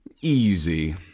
easy